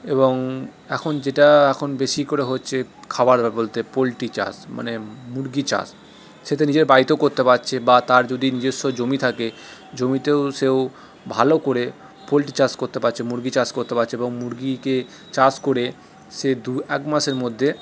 এবং এখন যেটা এখন বেশি করে হচ্ছে খাবার বলতে পোল্ট্রী চাষ মানে মুরগি চাষ সেটা নিজের বাড়িতেও করতে পারছে বা তার যদি নিজস্ব জমি থাকে জমিতেও সেও ভালো করে পোল্ট্রী চাষ করতে পারছে মুরগী চাষ করতে পারছে এবং মুরগীকে চাষ করে সে দু এক মাসের মধ্যে